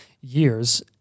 years